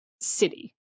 city